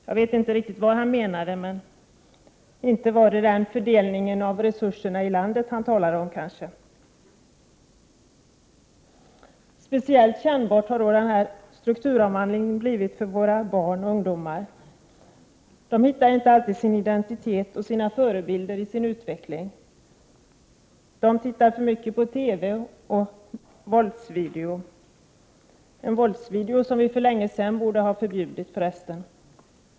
Jag vet inte riktigt vad han menade, men inte kunde det vara fördelningen av resurserna i landet han talade om. Speciellt kännbar har strukturomvandlingen blivit för våra barn och ungdomar. De hittar inte sin identitet och förebilder i sin utveckling. De tittar för mycket på TV och våldsvideo, som vi för resten för länge sedan borde ha förbjudit.